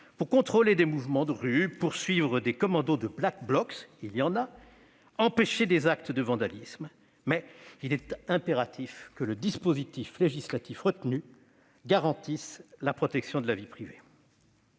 pour contrôler des mouvements de rue, pour suivre des commandos de Black Blocs- il y en a !-, pour empêcher des actes de vandalisme, mais il est impératif que le dispositif législatif retenu garantisse la protection de la vie privée.